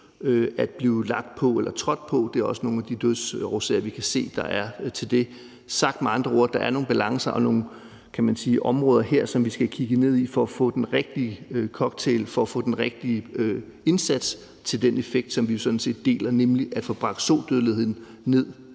at blive ligget på eller trådt på. Det er også nogle af de dødsårsager, vi kan se der er dér. Sagt med andre ord er der nogle balancer og nogle, kan man sige, områder her, som vi skal have kigget ned i for at få den rigtige cocktail og for at få den rigtige indsats for at opnå den effekt, som vi jo sådan set deler et ønske om, nemlig at få bragt sodødeligheden i de